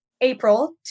April